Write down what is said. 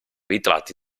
ritratti